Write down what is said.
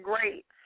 great